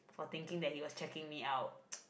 for thinking that he was checking me out